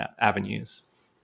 avenues